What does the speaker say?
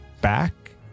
back